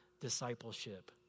discipleship